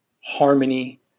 harmony